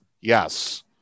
Yes